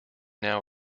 now